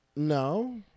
No